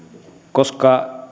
koska